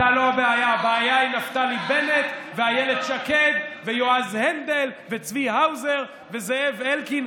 הבעיה היא נפתלי בנט ואילת שקד ויועז הנדל וצבי האוזר וזאב אלקין.